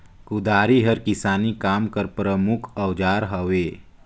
कुदारी हर किसानी काम कर परमुख अउजार हवे